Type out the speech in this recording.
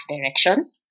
direction